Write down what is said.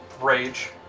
rage